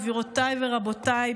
גבירותיי ורבותיי,